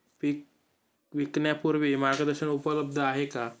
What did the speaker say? पीक विकण्यापूर्वी मार्गदर्शन उपलब्ध आहे का?